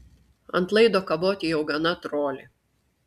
ant laido kaboti jau gana troli